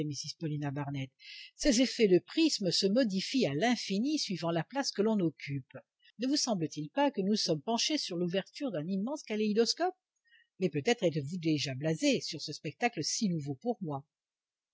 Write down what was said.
mrs paulina barnett ces effets de prisme se modifient à l'infini suivant la place que l'on occupe ne vous semble-t-il pas que nous sommes penchés sur l'ouverture d'un immense kaléidoscope mais peut-être êtes-vous déjà blasé sur ce spectacle si nouveau pour moi